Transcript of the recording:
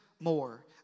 more